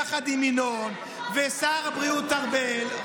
יחד עם ינון ושר הבריאות ארבל,